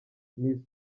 miss